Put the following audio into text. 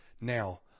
now